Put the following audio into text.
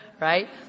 Right